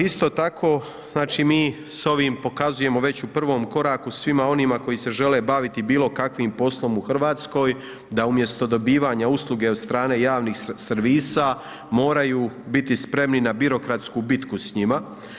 Isto tako znači mi s ovim pokazujemo već u prvom koraku svima onima koji se žele baviti bilo kakvim poslom u Hrvatskoj da umjesto dobivanja usluge od strane javnih servisa moraju biti spremni na birokratsku bitku s njima.